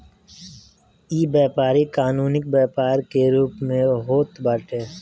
इ व्यापारी कानूनी व्यापार के रूप में होत बाटे